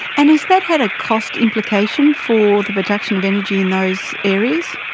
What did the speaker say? and has that had a cost implication for the production of energy in those areas?